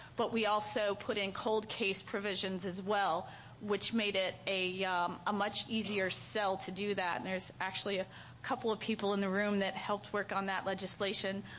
but we also put in cold case provisions as well which made it a a much easier sell to do that. and there's actually a couple of people in the room that helped work on that legislation,